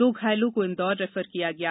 दो घायलों को इंदौर रैफर किया गया है